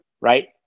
right